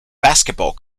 basketball